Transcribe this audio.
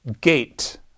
gate